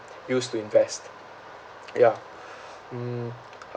use to invest yeah mm